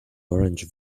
orange